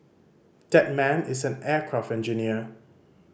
that man is an aircraft engineer